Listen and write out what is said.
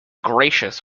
gracious